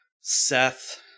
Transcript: Seth